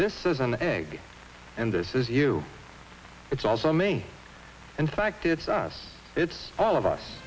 this is an egg and this is you it's also me in fact it's us it's all of us